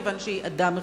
כיוון שהיא אדם אחד.